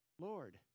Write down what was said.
Lord